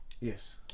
Yes